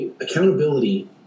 accountability